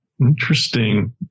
Interesting